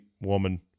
woman